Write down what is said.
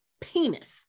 penis